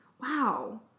wow